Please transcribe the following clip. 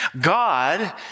God